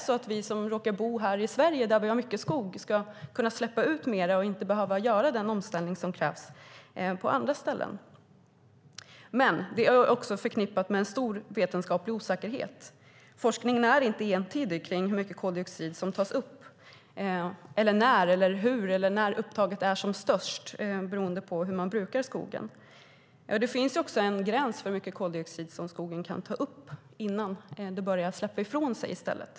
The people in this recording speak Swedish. Ska vi som råkar bo här i Sverige, där vi har mycket skog, kunna släppa ut mer och inte behöva göra den omställning som krävs på andra ställen? Det är också förknippat med en stor vetenskaplig osäkerhet. Forskning är inte entydig när det gäller hur mycket koldioxid som tas upp och när upptaget är som störst beroende på hur man brukar skogen. Det finns också en gräns för hur mycket koldioxid skogen kan ta upp innan den börjar släppa ifrån sig den i stället.